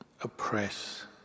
oppress